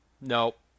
Nope